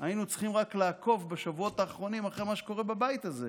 היינו צריכים רק לעקוב בשבועות האחרונים אחרי מה שקורה בבית הזה.